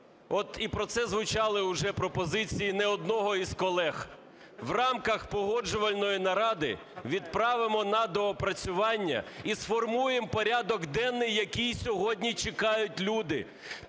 от і про це звучали вже пропозиції не одного з колег – у рамках Погоджувальної наради відправимо на доопрацювання. І сформуємо порядок денний, який сьогодні чекають люди,